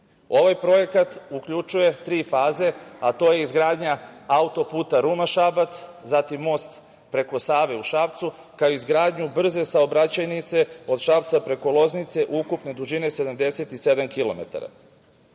projekat uključuje tri faze, a to je izgradnja autoputa Ruma - Šabac, zatim most preko Save u Šapcu, kao i izgradnju brze saobraćajnice od Šapca preko Loznice ukupne dužine 77 kilometara. Kada